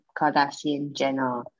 Kardashian-Jenner